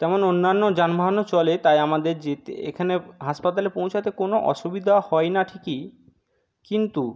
তেমন অন্যান্য যানবাহনও চলে তাই আমাদের যেতে এখানে হাসপাতালে পৌঁছাতে কোনো অসুবিধা হয় না ঠিকই কিন্তু